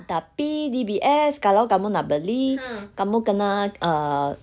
tapi D_B_S kalau kamu nak beli kamu kena err